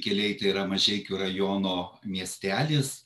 pikeliai tai yra mažeikių rajono miestelis